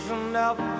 enough